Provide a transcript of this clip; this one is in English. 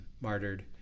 martyred